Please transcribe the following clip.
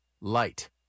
LIGHT